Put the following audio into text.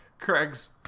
Craig's